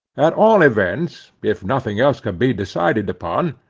at all events, if nothing else could be decided upon,